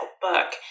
book